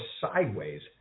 sideways